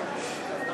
נא